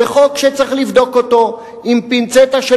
זה חוק שצריך לבדוק אותו עם פינצטה של